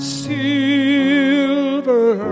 silver